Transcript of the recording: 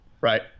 right